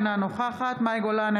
אינה נוכחת מאי גולן,